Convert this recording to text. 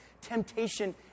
temptation